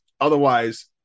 Otherwise